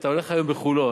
אתה הולך היום בחולון,